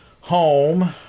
home